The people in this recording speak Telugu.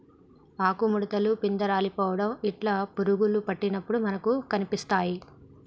ఆకు ముడుతలు, పిందె రాలిపోవుట ఇట్లా పురుగులు పట్టినప్పుడు మనకు కనిపిస్తాయ్